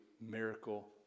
miracle